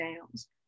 downs